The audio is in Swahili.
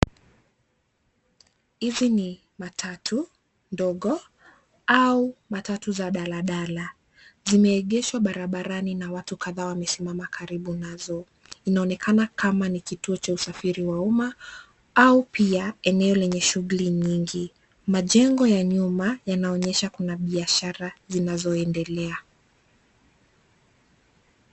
Hizi ni matatu ndogo au matatu za daladala. Zimeegeshwa barabarani na watu kadhaa wamesimama karibu nazo. Inaonekana kama ni kituo cha usafiri wa umma au pia eneo lenye shughuli nyingi. Majengo ya nyuma yanaonyesha kuna biashara zinazoendelea.